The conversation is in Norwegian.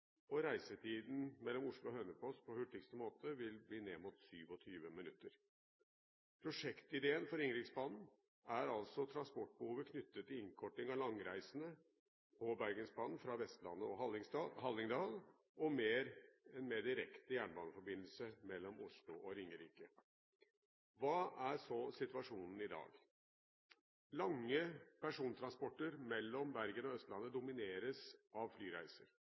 og reisetiden mellom Oslo og Hønefoss på hurtigste måte vil bli ned mot 27 minutter. Prosjektidéen for Ringeriksbanen er altså transportbehovet knyttet til innkorting av langreisene på Bergensbanen, fra Vestlandet og Hallingdal, og en mer direkte jernbaneforbindelse mellom Oslo og Ringerike. Hva er så situasjonen i dag? Lange persontransporter mellom Bergen og Østlandet domineres av flyreiser,